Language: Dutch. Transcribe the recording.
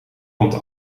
komt